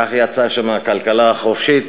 כך יצא שמהכלכלה החופשית